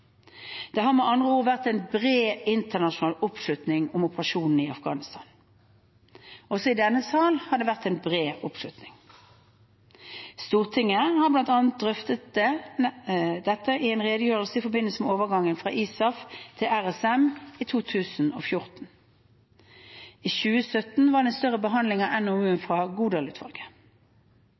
Det har med andre ord vært bred internasjonal oppslutning om operasjonene i Afghanistan. Også i denne sal har det vært en bred oppslutning. Stortinget har bl.a. drøftet en redegjørelse i forbindelse med overgangen fra ISAF til RSM i 2014. I 2017 var det en større behandling av NOU-en fra